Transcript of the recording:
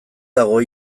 dago